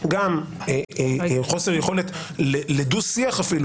וידאתי שאני מייצג גם יותר ממחצית חברי המועצה החדשה.